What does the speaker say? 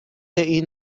این